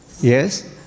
Yes